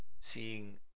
Seeing